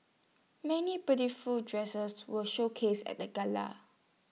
many beautiful dresses were showcased at the gala